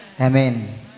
Amen